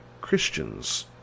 Christians